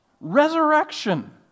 Resurrection